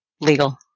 legal